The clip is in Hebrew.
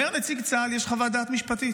אומר נציג צה"ל: יש חוות דעת משפטית.